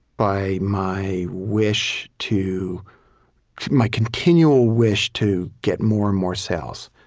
by my wish to my continual wish to get more and more sales?